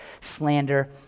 slander